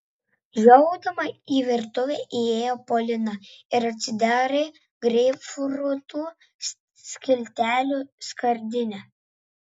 žiovaudama į virtuvę įėjo polina ir atsidarė greipfrutų skiltelių skardinę